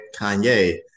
Kanye